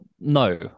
No